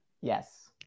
Yes